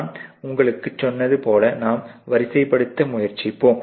நான் உங்களுக்குச் சொன்னது போல நாம் வரிசைப்படுத்த முயற்சிப்போம்